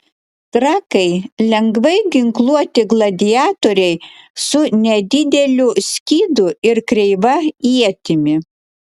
trakai lengvai ginkluoti gladiatoriai su nedideliu skydu ir kreiva ietimi